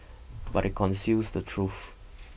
but it conceals the truth